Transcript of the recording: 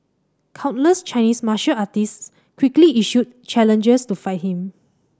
countless Chinese martial artists quickly issued challenges to fight him